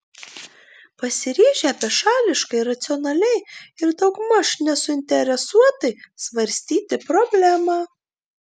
pasiryžę bešališkai racionaliai ir daugmaž nesuinteresuotai svarstyti problemą